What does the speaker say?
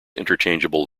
interchangeable